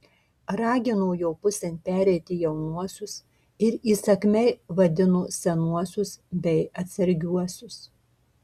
ragino jo pusėn pereiti jaunuosius ir įsakmiai vadino senuosius bei atsargiuosius